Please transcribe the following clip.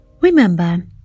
Remember